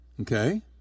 Okay